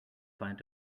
find